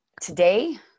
today